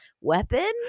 weapon